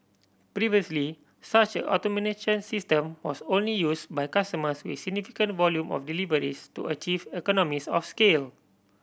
previously such an automation system was only used by customers with significant volume of deliveries to achieve economies of scale